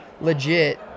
legit